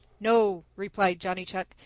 no, replied johnny chuck.